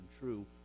true